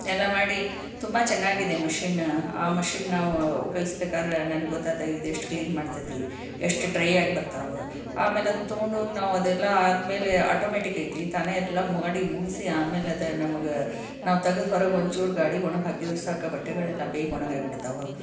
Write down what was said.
ಎಲ್ಲ ಮಾಡಿ ತುಂಬ ಚೆನ್ನಾಗಿದೆ ಮಷೀನ ಆ ಮಷೀನ್ ನಾವು ಉಪಯೋಗಿಸಬೇಕಾದ್ರೆ ನನಗೆ ಗೊತ್ತಾತು ಇದೆಷ್ಟು ಕ್ಲೀನ್ ಮಾಡತೈತಿ ಎಷ್ಟು ಡ್ರೈ ಆಗಿ ಬರ್ತಾವ ಆಮೇಲದನ್ನು ತಗೊಂಡು ನಾವದೆಲ್ಲ ಆದಮೇಲೆ ಆಟೋಮ್ಯಾಟಿಕೈತಿ ತಾನೇ ಎಲ್ಲ ಮಾಡಿ ಮುಗಿಸಿ ಆಮೇಲೆ ಅದು ನಮಗೆ ನಾವು ತೆಗೆದು ಹೊರಗೆ ಒಂಚೂರು ಗಾಳಿಗೆ ಒಣಗಿ ಹಾಕಿದರೆ ಸಾಕು ಬಟ್ಟೆಗಳೆಲ್ಲ ಬೇಗ ಒಣಗಾಗಿ ಬಿಡ್ತಾವ